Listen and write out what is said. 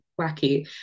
wacky